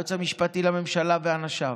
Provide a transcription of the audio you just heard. היועץ המשפטי לממשלה ואנשיו,